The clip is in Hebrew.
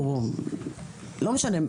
או לא משנה,